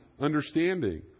understanding